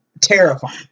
terrifying